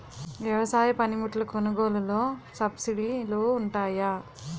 వ్యవసాయ పనిముట్లు కొనుగోలు లొ సబ్సిడీ లు వుంటాయా?